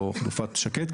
או חלופת שקד,